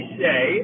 say